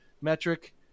metric